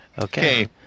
Okay